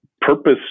Purpose